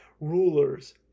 Rulers